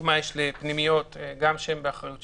ההגבלות יהיו לפי סעיף 8 - כמובן בשים לב לחיוניות של